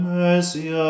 mercy